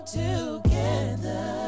together